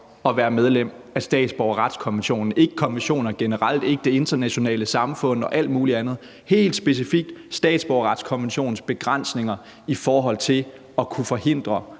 at være medlem af statsborgerretskonventionen. Altså ikke af konventionerne generelt, ikke af det internationale samfund og alt muligt andet, men helt specifikt statsborgerretskonventionens begrænsninger i forhold til at kunne tage